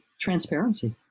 transparency